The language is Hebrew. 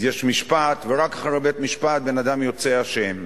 יש משפט, ורק אחרי בית-משפט בן-אדם יוצא אשם.